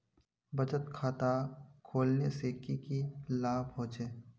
बचत खाता खोलने से की की लाभ होचे?